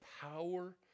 power